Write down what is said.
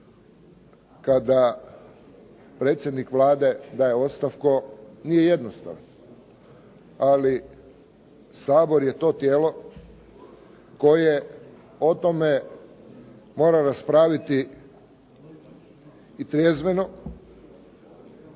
kada predsjednik Vlade daje ostavku nije jednostavan, ali Sabor je to tijelo koje o tome mora raspraviti i trezveno.